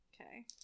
Okay